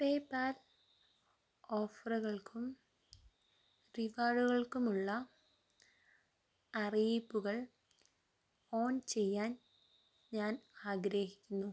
PayPal ഓഫറുകൾക്കും റിവാർഡുകൾക്കുമുള്ള അറിയിപ്പുകൾ ഓൺ ചെയ്യാൻ ഞാൻ ആഗ്രഹിക്കുന്നു